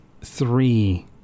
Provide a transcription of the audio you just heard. three